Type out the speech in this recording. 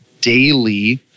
daily